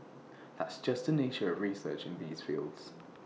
that's just the nature of research in these fields